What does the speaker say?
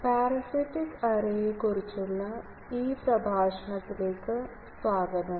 ഷണത്തിലേക്ക് സ്വാഗതം